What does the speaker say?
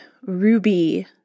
ruby